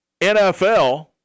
NFL